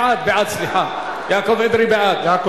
בעד, בעד, סליחה, יעקב אדרי בעד.